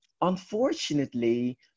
unfortunately